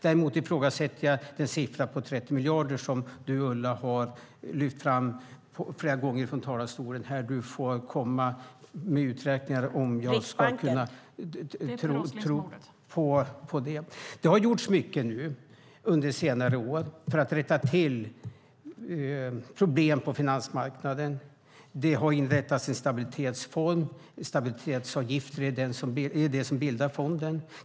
Däremot ifrågasätter jag den siffra på 30 miljarder som Ulla har lyft fram i talarstolen. Du får lägga fram uträkningar om jag ska tro på dem. : Riksbanken!) Det har gjorts mycket under senare år för att rätta till problem på finansmarknaden. Det har inrättats en stabilitetsfond. Stabilitetsavgifter bildar fonden.